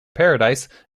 paradise